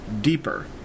deeper